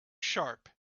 sharp